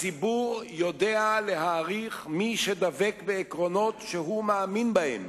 הציבור יודע להעריך מי שדבק בעקרונות שהוא מאמין בהם